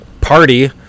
party